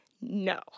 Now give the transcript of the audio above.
No